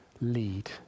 lead